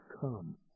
come